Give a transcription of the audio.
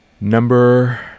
Number